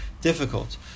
difficult